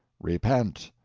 repent!